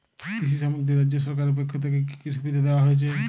কৃষি শ্রমিকদের রাজ্য সরকারের পক্ষ থেকে কি কি সুবিধা দেওয়া হয়েছে?